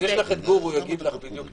יש לך את גור, הוא יגיד לך הכול.